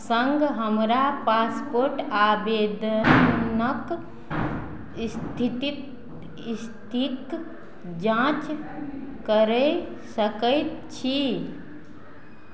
सङ्ग हमरा पासपोर्ट आवेद नक स्थिति स्थिकेँ जाँच करि सकैत छी